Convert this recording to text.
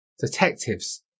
Detectives